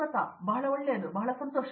ಪ್ರತಾಪ್ ಹರಿದಾಸ್ ಬಹಳ ಒಳ್ಳೆಯದು ಬಹಳ ಸಂತೋಷ